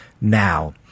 now